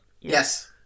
Yes